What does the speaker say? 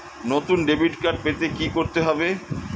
নতুন debit card পেতে কী করতে হবে?